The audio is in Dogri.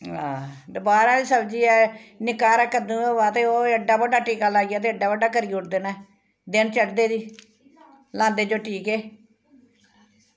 हां ते बाह्रा दी सब्जी ऐ निक्का हारा कद्दू होवै ते ओह् एड्डा बड्डा टीका लाइयै एड्डा बड्डा करी ओड़दे न दिन चढ़दे गी लांदे जो टीके